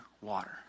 water